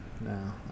no